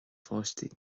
pháistí